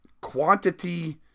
quantity